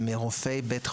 ורופא בית חולים,